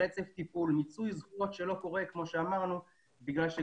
המוכרים מבחינת